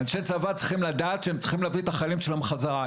אנשי צבא צריכים לדעת שהם צריכים להביא את החיילים שלהם בחזרה.